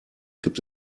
gibt